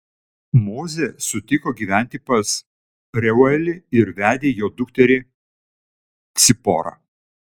mozė sutiko gyventi pas reuelį ir vedė jo dukterį ciporą